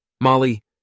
Molly